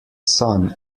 son